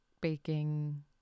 baking